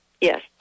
Yes